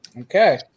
Okay